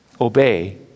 obey